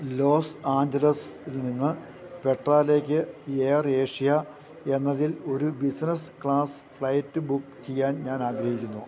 loss ആഞ്ചലസിൽ നിന്ന് പെട്രായിലേക്ക് എയർ ഏഷ്യ എന്നതിൽ ഒരു ബിസിനസ്സ് ക്ലാസ് ഫ്ലൈറ്റ് ബുക്ക് ചെയ്യാൻ ഞാനാഗ്രഹിക്കുന്നു